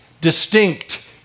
distinct